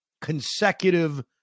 consecutive